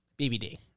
BBD